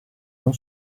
non